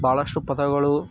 ಭಾಳಷ್ಟು ಪದಗಳು